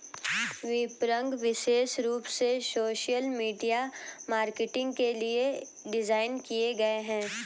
विपणक विशेष रूप से सोशल मीडिया मार्केटिंग के लिए डिज़ाइन किए गए है